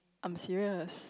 I'm serious